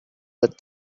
that